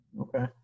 Okay